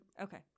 Okay